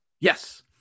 Yes